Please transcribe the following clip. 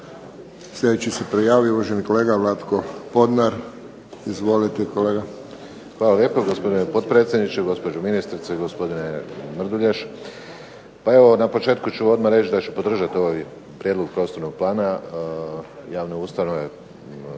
Sljedeći se prijavio uvaženi kolega Vlatko Podnar. Izvolite kolega. **Podnar, Vlatko (SDP)** Hvala lijepo gospodine potpredsjedniče, gospođo ministrice i gospodine Mrduljaš. Pa evo na početku ću reći da ću podržati ovaj Prijedlog prostornog plana javne ustanove